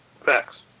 Facts